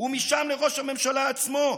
ומשם לראש הממשלה עצמו,